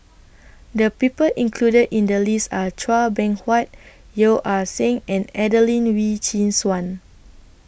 The People included in The list Are Chua Beng Huat Yeo Ah Seng and Adelene Wee Chin Suan